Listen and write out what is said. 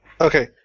Okay